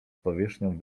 powierzchnią